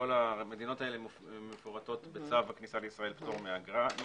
כל המדינות האלה מפורטות בצו הכניסה לישראל (פטור מאשרה).